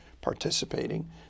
participating